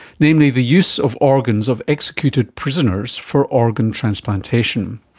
namely the use of organs of executed prisoners for organ transplantation.